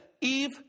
Eve